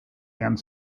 and